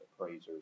appraisers